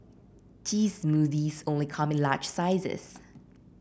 cheese smoothies only come in large sizes